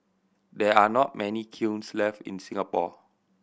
there are not many kilns left in Singapore